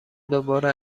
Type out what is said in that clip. دوباره